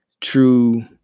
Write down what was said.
true